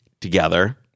together